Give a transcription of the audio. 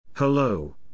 Hello